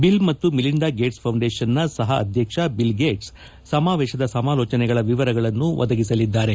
bill ಮತ್ತು Melinda Gates foundation ನ ಸಹ ಅಧ್ಯಕ್ಷ ಬಿಲ್ ಗೇಟ್ಸ್ ಸಮಾವೇಶದ ಸಮಾಲೋಚನೆಗಳ ವಿವರಗಳನ್ನು ಒದಗಿಸಲಿದ್ದಾರೆ